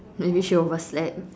maybe she overslept